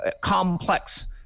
complex